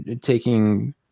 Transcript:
taking